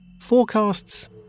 Forecasts